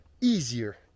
easier